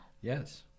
Yes